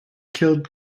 killed